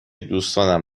دوستانم